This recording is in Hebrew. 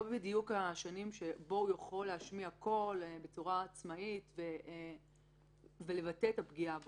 בדיוק השנים שבהן הוא יכול להשמיע קול בצורה עצמאית ולבטא את הפגיעה בו.